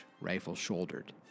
rifle-shouldered